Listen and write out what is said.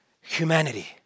humanity